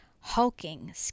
hulking